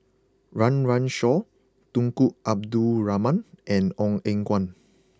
Run Run Shaw Tunku Abdul Rahman and Ong Eng Guan